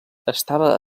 estava